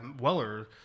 Weller